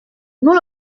nous